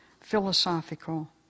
philosophical